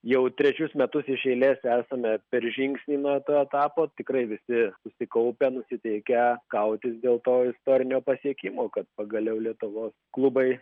jau trečius metus iš eilės esame per žingsnį nuo to etapo tikrai visi susikaupę nusiteikę kautis dėl to istorinio pasiekimo kad pagaliau lietuvos klubai